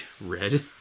red